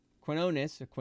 Quinones